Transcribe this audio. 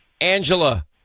angela